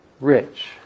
rich